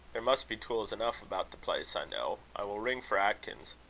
there must be tools enough about the place, i know. i will ring for atkins.